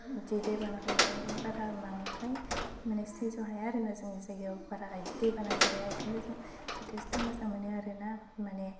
बिदि दैबानाखौ माने बारा बांद्राय माने सैज्य हाया आरो ना जोंनि इयाव बारा इदि दैबाना जाया थेवबो जों जथेस्थ' मोजां मोनो आरो ना माने